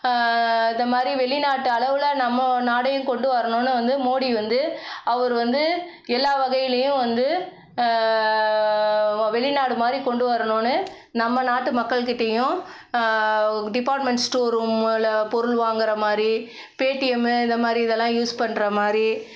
இந்த மாதிரி வெளிநாட்டளவில் நம்ம நாடையும் கொண்டு வரணும்னு வந்து மோடி வந்து அவர் வந்து எல்லா வகையிலேயும் வந்து வெளிநாடு மாதிரி கொண்டு வரணும்னு நம்ம நாட்டு மக்கள் கிட்டேயும் டிப்பார்ட்மண்ட் ஸ்டோர் ரூமில் பொருள் வாங்கிற மாதிரி பேடிஎம் இந்த மாதிரி இதெல்லாம் யூஸ் பண்ணுற மாதிரி